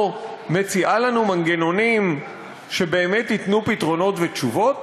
מציעה לנו מנגנונים שבאמת ייתנו פתרונות ותשובות.